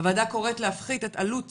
הוועדה קוראת להפחית את עלות